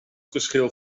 verschil